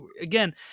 again